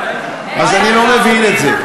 אז אני לא מבין את זה.